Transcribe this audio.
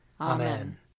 Amen